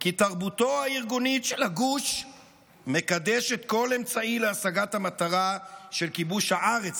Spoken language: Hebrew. כי תרבותו הארגונית של הגוש מקדשת כל אמצעי להשגת המטרה של כיבוש הארץ,